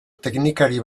teknikari